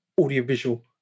audiovisual